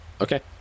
okay